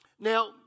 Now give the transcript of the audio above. Now